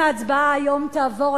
אם ההצבעה היום תעבור,